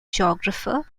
geographer